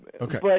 Okay